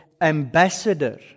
ambassador